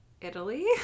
italy